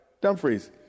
Dumfries